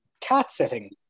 cat-sitting